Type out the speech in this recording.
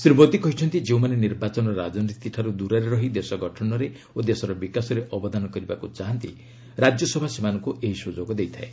ଶ୍ରୀ ମୋଦି କହିଛନ୍ତି ଯେଉଁମାନେ ନିର୍ବାଚନ ରାଜନୀତିଠାରୁ ଦୂରରେ ରହି ଦେଶଗଠନରେ ଓ ଦେଶର ବିକାଶରେ ଅବଦାନ କରିବାକୁ ଚାହାନ୍ତି ରାଜ୍ୟସଭା ସେମାନଙ୍କ ଏହି ସ୍ରଯୋଗ ଦେଇଥାଏ